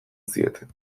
zieten